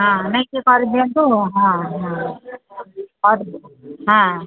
ହଁ ନାଇଁ ସେ କରିଦିଅନ୍ତୁ ହଁ ହଁ ହଁ